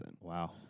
wow